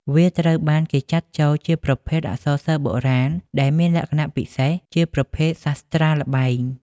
វាត្រូវបានគេចាត់ចូលជាប្រភេទ អក្សរសិល្ប៍បុរាណ ដែលមានលក្ខណៈពិសេសជា ប្រភេទសាស្រ្តាល្បែង។